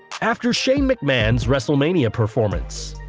after shane mcmahon's wrestlemania performance